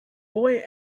boy